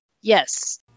Yes